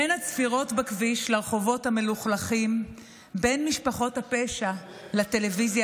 "בין הצפירות בכביש לרחובות המלוכלכים / בין משפחות הפשע לטלוויזיה